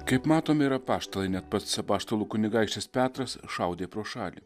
kaip matom ir apaštalai net pats apaštalų kunigaikštis petras šaudė pro šalį